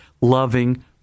loving